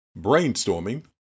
Brainstorming